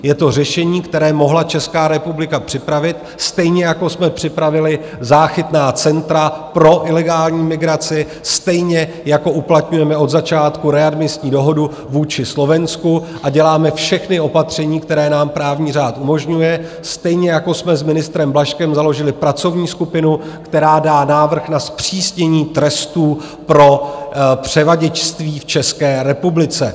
Je to řešení, které mohla Česká republika připravit, stejně jako jsme připravili záchytná centra pro ilegální migraci, stejně jako uplatňujeme od začátku readmisní dohodu vůči Slovensku a děláme všechna opatření, které nám právní řád umožňuje, stejně jako jsme s ministrem Blažkem založili pracovní skupinu, která dá návrh na zpřísnění trestů pro převaděčství v České republice.